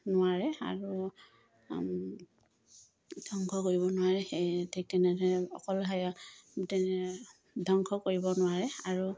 নোৱাৰে আৰু ধ্বংস কৰিব নোৱাৰে সেই ঠিক তেনেদৰে অকল সেয়া তেনে ধ্বংস কৰিব নোৱাৰে আৰু